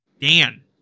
Dan